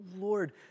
Lord